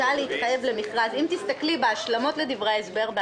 אם תסתכלי בהשלמות לדברי ההסבר,